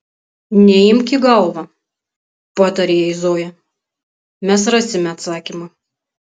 neimk į galvą patarė jai zoja mes rasime atsakymą